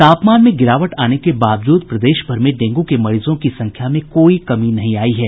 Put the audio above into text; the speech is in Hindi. तापमान में गिरावट आने के बावजूद प्रदेशभर में डेंगू के मरीजों की संख्या में कोई कमी नहीं आयी है